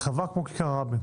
רחבה כמו כיכר רבין,